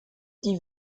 die